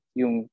yung